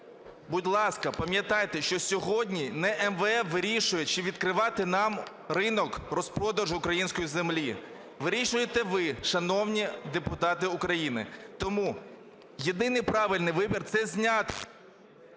Будь ласка, пам'ятайте, що сьогодні не МВФ вирішує, чи відкривати нам ринок розпродажу української землі, вирішуєте ви, шановні депутати України. Тому єдиний правильний вибір – це зняти…